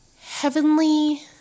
heavenly